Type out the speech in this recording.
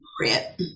Right